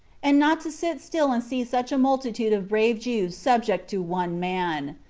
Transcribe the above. and not to sit still and see such a multitude of brave jews subject to one man.